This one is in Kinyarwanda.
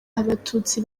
abatutsi